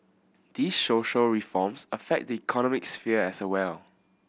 these social reforms affect the economic sphere as well